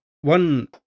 One